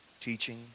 teaching